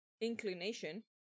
inclination